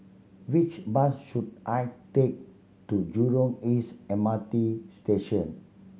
which bus should I take to Jurong East M R T Station